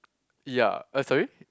ya uh sorry